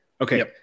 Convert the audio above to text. Okay